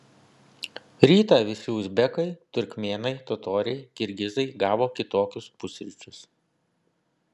rytą visi uzbekai turkmėnai totoriai kirgizai gavo kitokius pusryčius